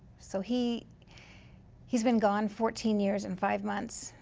so he he's been gone fourteen years and five months.